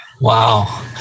Wow